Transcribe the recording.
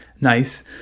nice